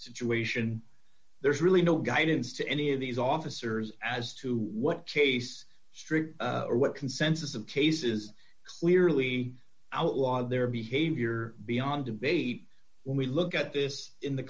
situation there's really no guidance to any of these officers as to what chase street or what consensus of cases clearly outlaw their behavior beyond debate when we look at this in the